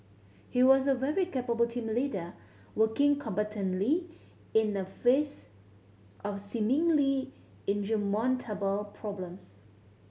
he was a very capable team leader working competently in the face of seemingly insurmountable problems